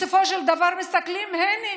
בסופו של דבר מסתכלים: הינה,